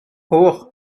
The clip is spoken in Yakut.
суох